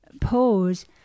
pose